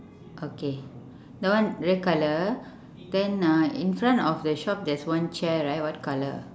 okay that one red colour then uh in front of the shop there's one chair right what colour